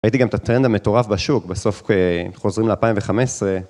ראיתי גם את הטרנד המטורף בשוק. בסוף כ... חוזרים ל-2015...